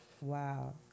Wow